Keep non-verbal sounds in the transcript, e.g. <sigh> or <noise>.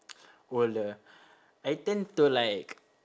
<noise> older I tend to like